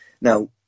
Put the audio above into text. Now